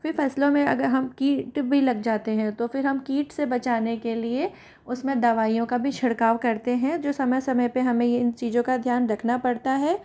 फिर फसलों में अगर हम किट भी लग जाते हैं तो फिर हम किट से बचाने के लिए उसमें दवाइयों का भी छिड़काव करते हैं जो समय समय पर हमें यह इन चीज़ों का ध्यान रखना पड़ता है